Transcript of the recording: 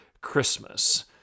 Christmas